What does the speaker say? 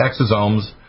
exosomes